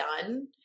done